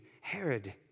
Herod